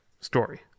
story